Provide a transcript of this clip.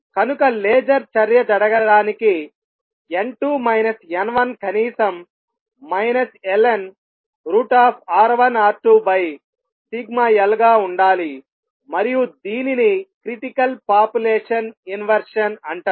కనుక లేజర్ చర్య జరగడానికి n2 n1 కనీసం ln√ σl గా ఉండాలి మరియు దీనిని క్రిటికల్ పాపులేషన్ ఇన్వెర్షన్ అంటారు